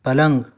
پلنگ